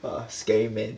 !wah! scary man